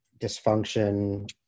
dysfunction